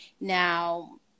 Now